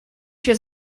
się